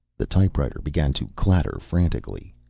the typewriter began to clatter frantically.